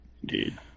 Indeed